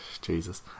Jesus